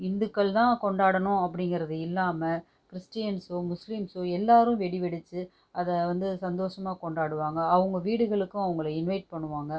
இந்துக்கள் தான் கொண்டனும் அப்படிங்கிறது இல்லாமல் கிறிஸ்டின்ஸ்ம் முஸ்லிம்ஸ் எல்லோரும் வெடி வெடித்து அதை வந்து சந்தோசமாக கொண்டாடுவாங்கள் அவங்க வீடுகளுக்கும் அவங்களை இன்வைட் பண்ணுவாங்கள்